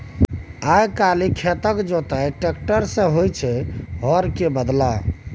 आइ काल्हि खेतक जोताई टेक्टर सँ होइ छै हर केर बदला